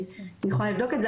אני יכולה לבדוק את זה.